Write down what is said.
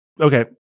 okay